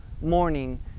morning